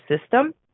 system